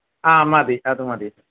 ആ മതി അത് മതി